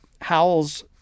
Howells